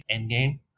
Endgame